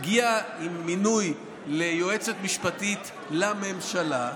הגיע עם מינוי ליועצת משפטית לממשלה,